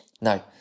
No